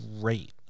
great